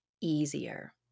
easier